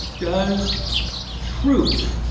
does truth